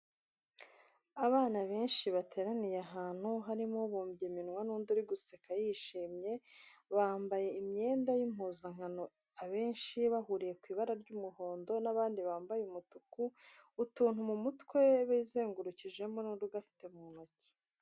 Abana benshi bateraniye ahantu harimo ubumbye iminwa n'undi uri guseka yishimye, bambaye imyenda y'impuzankano abenshi bahuriye kw'ibara ry'umuhondo n'abandi bambaye umutuku utuntu mutwe, bizengurukijemo nundi ugafite mu ntoki.